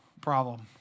problem